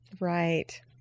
Right